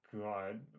god